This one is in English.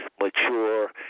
mature